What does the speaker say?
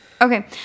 Okay